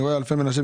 אני רואה אלפי מנשה,